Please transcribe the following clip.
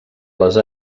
les